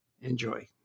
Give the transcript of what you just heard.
Enjoy